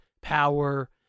power